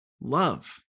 love